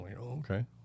Okay